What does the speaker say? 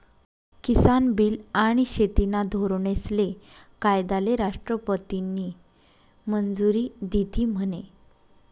किसान bill आनी शेतीना धोरनेस्ले कायदाले राष्ट्रपतीनी मंजुरी दिधी म्हने?